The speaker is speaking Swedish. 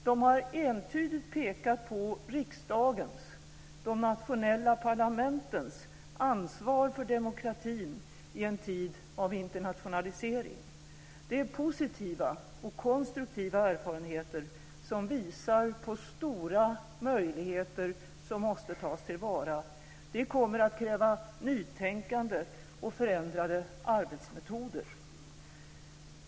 De har entydigt pekat på riksdagens - de nationella parlamentens - ansvar för demokratin i en tid av internationalisering. Det är positiva och konstruktiva erfarenheter som visar på stora möjligheter, som måste tas till vara. Det kommer att kräva nytänkande och förändrade arbetsmetoder.